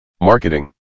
Marketing